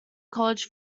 college